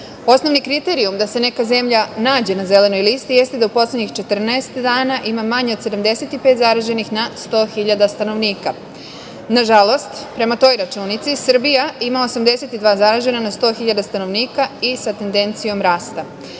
kriterijum da se neka zemlja nađe na zelenoj listi jeste da u poslednjih 14 dana ima manje od 75 zaraženih na 100 hiljada stanovnika. Nažalost, prema toj računici Srbija ima 82 zaražena na 100 hiljada stanovnika i sa tendencijom